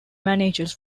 managers